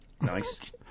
Nice